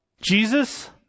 Jesus